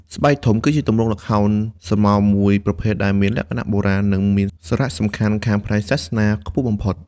ស្បែកធំ គឺជាទម្រង់ល្ខោនស្រមោលមួយប្រភេទដែលមានលក្ខណៈបុរាណ និងមានសារៈសំខាន់ខាងផ្នែកសាសនាខ្ពស់បំផុត។